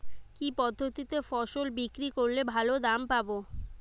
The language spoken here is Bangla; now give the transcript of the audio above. কি পদ্ধতিতে ফসল বিক্রি করলে ভালো দাম পাব?